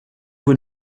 vous